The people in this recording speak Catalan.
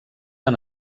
han